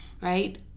right